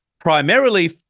primarily